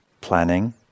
planning